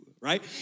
right